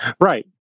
Right